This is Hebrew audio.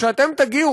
כשאתם תגיעו,